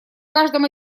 каждом